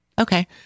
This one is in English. okay